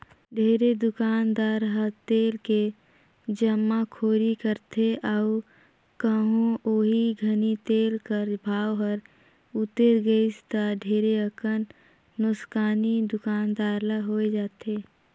ढेरे दुकानदार ह तेल के जमाखोरी करथे अउ कहों ओही घनी तेल कर भाव हर उतेर गइस ता ढेरे अकन नोसकानी दुकानदार ल होए जाथे